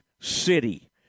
City